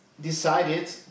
decided